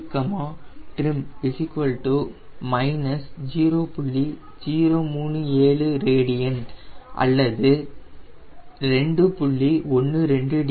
037 rad or 2